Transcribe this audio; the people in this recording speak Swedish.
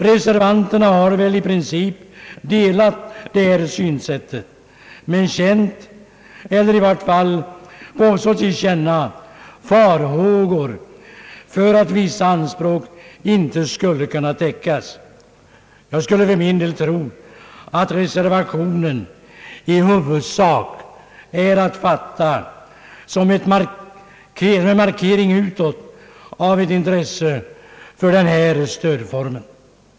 Reservanterna har i princip delat detta synsätt men har givit till känna farhågor för att vissa anspråk inte skall kunna täckas. Jag skulle för min del tro att reservationen i huvudsak är att betrakta som en markering utåt för denna stödform.